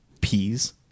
Peas